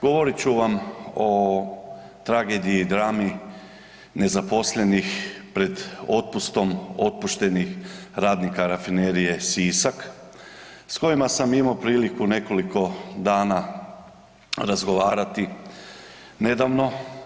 Govorit ću vam o tragediji i drami nezaposlenih pred otpustom otpuštenih radnika Rafinerije Sisak s kojima sam imao priliku nekoliko dana razgovarati nedavno.